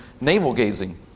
navel-gazing